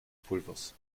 pulvers